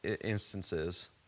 instances